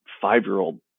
five-year-old